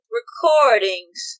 recordings